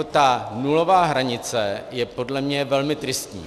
Ta nulová hranice je podle mě velmi tristní.